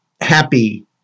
happy